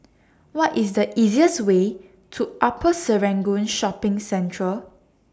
What IS The easiest Way to Upper Serangoon Shopping Centre